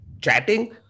chatting